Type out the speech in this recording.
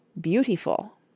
beautiful